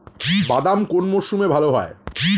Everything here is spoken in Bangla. বাদাম কোন মরশুমে ভাল হয়?